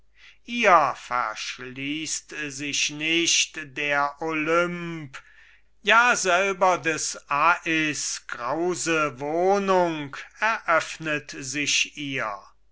ihr verschließt sich nicht der olymp ja selber des as grause wohnung eröffnet sich ihr